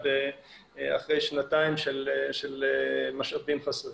אחרי שנתיים של משאבים חסרים.